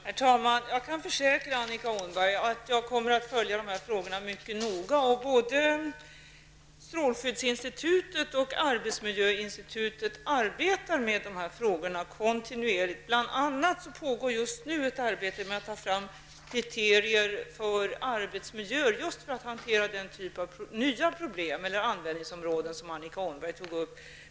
Herr talman! Jag kan försäkra Annika Åhnberg att jag kommer att följa de här frågorna mycket noga. Både strålskyddsinstitutet och arbetsmiljöinstitutet arbetar kontinuerligt med de här frågorna. Det pågår bl.a. just nu ett arbete med att ta fram kriterier för arbetsmiljöer för att hantera den typ av nya problem eller användningsområden som Annika Åhnberg tog upp.